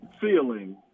feeling